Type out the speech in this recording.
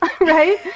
right